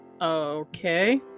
Okay